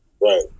Right